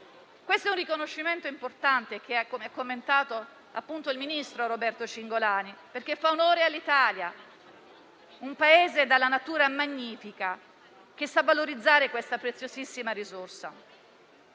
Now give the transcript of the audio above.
natura. È un riconoscimento importante - come ha commentato il ministro Roberto Cingolani - perché fa onore all'Italia, un Paese dalla natura magnifica che sa valorizzare questa preziosissima risorsa.